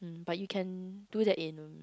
but you can do that in